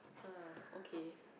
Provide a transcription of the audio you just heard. ha okay